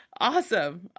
awesome